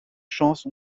chance